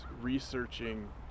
researching